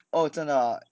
哦真的啊